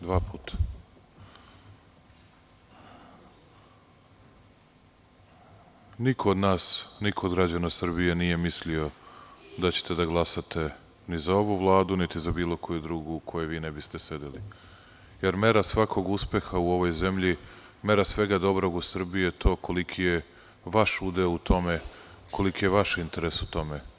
Dame i gospodo, niko od nas, niko od građana Srbije nije mislio da ćete da glasate ni za ovu vladu, niti za bilo koju drugu u kojoj vi ne biste sedeli, jer mera svakog uspeha u ovoj zemlji, mera svega dobrog u Srbiji je to koliki je vaš udeo u tome, koliki je vaš interes u tome.